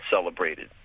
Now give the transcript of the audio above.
celebrated